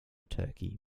turkey